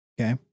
Okay